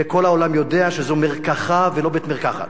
וכל העולם יודע שזאת מרקחה ולא בית-מרקחת,